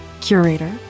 curator